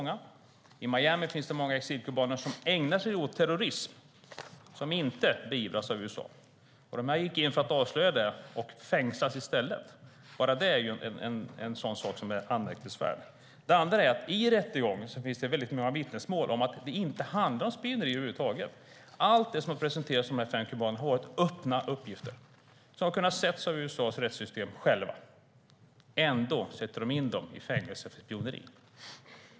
I Miami finns det många exilkubaner som ägnar sig åt terrorism som inte beivras av USA. De här männen gick in för att avslöja detta och fängslades i stället. Redan det är en sak som är anmärkningsvärd. För det andra finns det många vittnesmål i rättegången om att det inte handlar om spioneri över huvud taget. Allt som har presenterats av de fem kubanerna har varit öppna uppgifter, som har kunnat ses av USA:s rättssystem självt. Ändå sätter man dem i fängelse för spioneri.